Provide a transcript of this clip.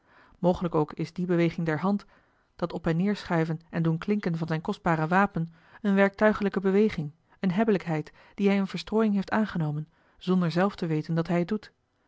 mogelijk ook is die beweging der hand dat op en neêr schuiven en doen klinken van zijn kostbaar wapen eene werktuigelijke beweging eene hebbelijkheid die hij in verstrooiing heeft aangenomen zonder zelf te weten dat hij het doet